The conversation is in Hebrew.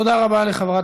תודה רבה לחברת